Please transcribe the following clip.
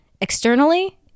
externally